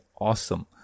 awesome